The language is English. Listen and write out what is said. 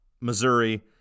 Missouri